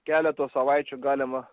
keleto savaičių galima